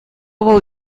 вӑл